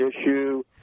issue